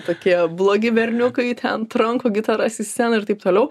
tokie blogi berniukai ten tranko gitaras į sceną ir taip toliau